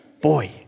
Boy